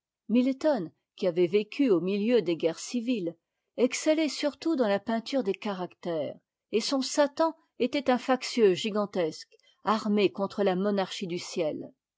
milton qui avait vécu au milieu des guerres civiles excellait surtout dans a peinture des caractères et son satan est un factieux gigantesque armé contre la monarchie du ciel